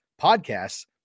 podcasts